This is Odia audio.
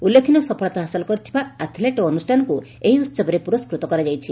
ଉଲ୍ଲେଖନୀୟ ସଫଳତା ହାସଲ କରିଥିବା ଆଥ୍ଲେଟ୍ ଓ ଅନୁଷ୍ଠାନକୁ ଏହି ଉହବରେ ପୁରସ୍ଦୃତ କରାଯାଇଛି